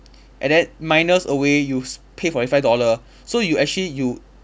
and then minus away you pay forty five dollar so you actually you